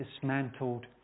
dismantled